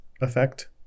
effect